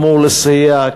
אמור לסייע,